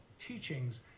teachings